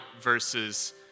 versus